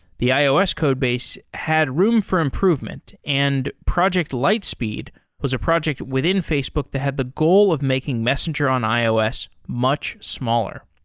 the ios codebase had room for improvement and project lightspeed was a project within facebook that had the goal of making messenger on ios much smaller.